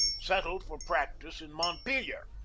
settled for practice in mont pelier,